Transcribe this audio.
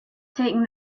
taking